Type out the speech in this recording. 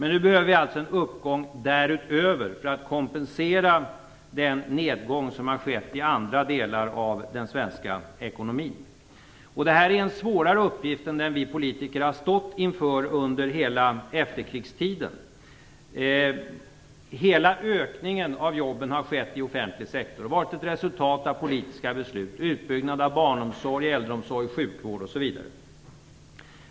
Nu behöver vi alltså en uppgång därutöver för att kompensera den nedgång som har skett i andra delar av den svenska ekonomin. Det här är en svårare uppgift än den vi politiker har stått inför under hela efterkrigstiden. Hela ökningen av jobben har skett inom offentlig sektor och varit ett resultat av politiska beslut - utbyggnad av barnomsorg, äldreomsorg, sjukvård osv.